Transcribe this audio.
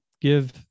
give